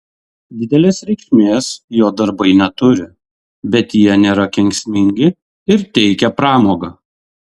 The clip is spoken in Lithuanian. didelės reikšmės jo darbai neturi bet jie nėra kenksmingi ir teikia pramogą